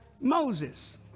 moses